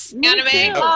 Anime